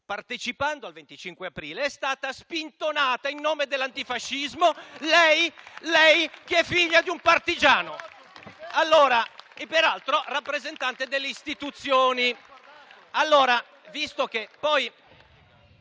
per il 25 aprile è stata spintonata in nome dell'antifascismo, lei che è figlia di un partigiano e, peraltro, rappresentante delle istituzioni.